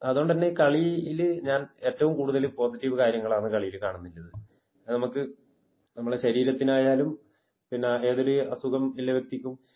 അതുകൊണ്ട് തന്നെ കളിയിൽ ഞാന് ഏറ്റവും കൂടുതൽ പോസിറ്റീവ് കാര്യങ്ങളാണ് കളിയിൽ കാണുന്നുള്ളത് നമ്മൾക്ക് നമ്മളെ ശരീരത്തിനായാലും പിന്നെ ഏതൊരു അസുഖം ഉള്ള വ്യക്തിക്കും